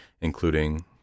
including